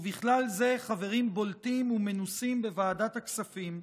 ובכלל זה של חברים בולטים ומנוסים בוועדת הכספים,